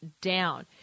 down